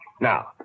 Now